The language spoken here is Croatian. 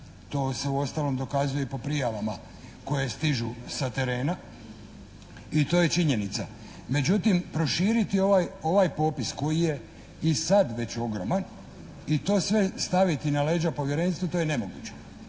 To se uostalom dokazuje i po prijavama koje stižu sa terena i to je činjenica. Međutim, proširiti ovaj popis koji je i sad već ogroman i to sve staviti na leđa povjerenstvu, to je nemoguće.